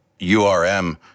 URM